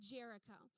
Jericho